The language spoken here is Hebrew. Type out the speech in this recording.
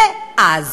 ואז,